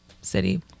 city